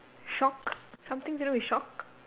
shock something to do with shock